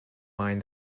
mind